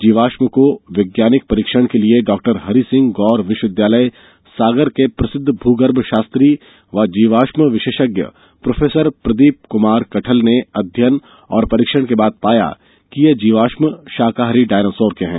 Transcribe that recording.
जीवाश्म को वैज्ञानिक परीक्षण के लिए डॉ हरिसिंह गौर विवि सागर के प्रसिद्ध भूगर्भ शास्त्री व जीवाश्म विशेषज्ञ प्रोफेसर प्रदीप कमार कठल ने अध्ययन व परीक्षण के बाद पाया के ये जीवाश्म शाकाहारी डायनासौर के है